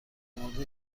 مورد